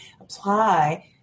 apply